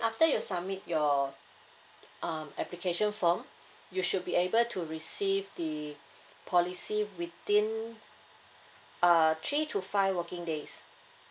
after you submit your um application form you should be able to receive the policy within uh three to five working days